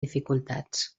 dificultats